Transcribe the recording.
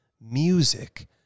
Music